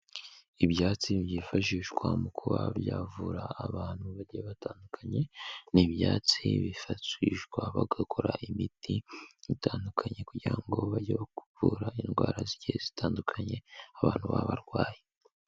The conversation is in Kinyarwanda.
Ibyatsi byifashishwa mu kuba byavura abantu bagiye batandukanye, ni ibyatsi byifashishwa bagakora imiti itandukanye kugira ngo bajye kuvura indwara zigiye zitandukanye abantu baba barwaye.